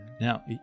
Now